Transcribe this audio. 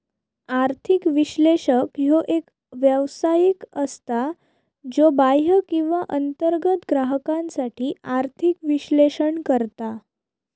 आर्थिक विश्लेषक ह्यो एक व्यावसायिक असता, ज्यो बाह्य किंवा अंतर्गत ग्राहकांसाठी आर्थिक विश्लेषण करता